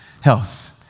health